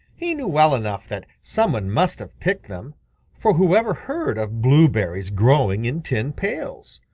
he knew well enough that some one must have picked them for whoever heard of blueberries growing in tin pails?